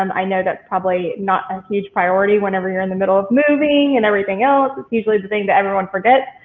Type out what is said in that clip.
um i know that's probably not a huge priority whenever you're in the middle of moving and everything else. that's usually the thing that everyone forgets.